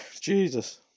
Jesus